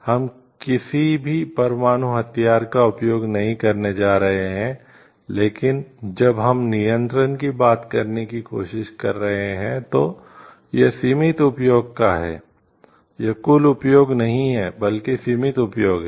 हम किसी भी परमाणु हथियार का उपयोग नहीं करने जा रहे हैं लेकिन जब हम नियंत्रण की बात करने की कोशिश कर रहे हैं तो यह सीमित उपयोग का है यह कुल उपयोग नहीं है बल्कि सीमित उपयोग है